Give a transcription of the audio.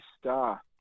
star